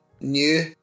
new